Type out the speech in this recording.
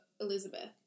Elizabeth